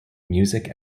music